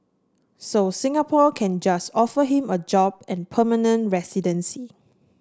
so Singapore can just offer him a job and permanent residency